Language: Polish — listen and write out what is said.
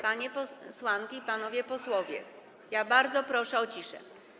Panie posłanki i panowie posłowie, bardzo proszę o ciszę.